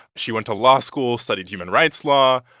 she went to law school, studied human rights law.